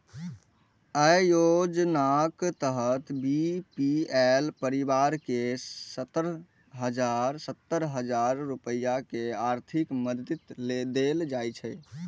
अय योजनाक तहत बी.पी.एल परिवार कें सत्तर हजार रुपैया के आर्थिक मदति देल जाइ छै